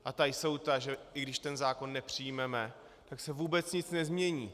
A ta jsou ta, že i když ten zákon nepřijmeme, tak se vůbec nic nezmění.